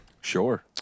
Sure